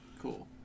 Cool